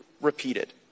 repeated